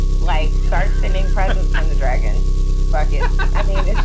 like start thinning presence on the dragon bucket. i mean, it's